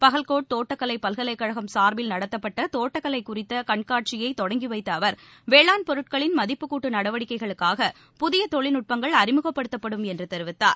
பகல்கோட் தோட்டக்கலை பல்கலைக்கழகம் சார்பில் நடத்தப்பட்ட தோட்டக்கலை குறித்த கண்காட்சியை தொடங்கி வைத்த அவர் வேளாண் பொருட்களின் மதிப்பு கூட்டு நடவடிக்கைகளுக்காக புதிய தொழில் நட்பங்கள் அறிமுகப்படுத்தப்படும் என்று தெரிவித்தார்